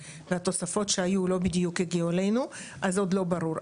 והתוספות שהיו לא בדיוק הגיעו אלינו אז זה עוד לא ברור.